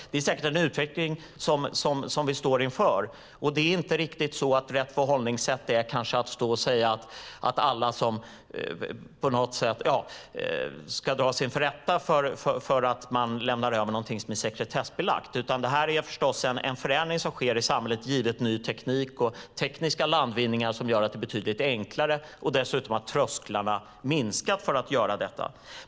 Det är säkert en utveckling som vi står inför. Och det är kanske inte riktigt rätt förhållningssätt att alla som lämnar över något som är sekretessbelagt ska dras inför rätta, utan det här är förstås en förändring som sker i samhället givet ny teknik och tekniska landvinningar som gör att det blivit betydligt enklare och dessutom att trösklarna minskat för att göra detta.